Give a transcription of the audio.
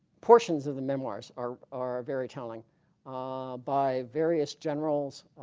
portions of the memoirs are are very telling by various generals